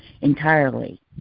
entirely